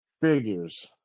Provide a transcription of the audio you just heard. figures